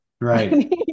Right